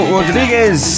Rodriguez